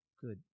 Good